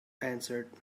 answered